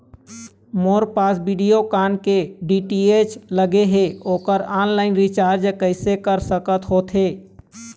मोर पास वीडियोकॉन के डी.टी.एच लगे हे, ओकर ऑनलाइन रिचार्ज कैसे कर सकत होथे?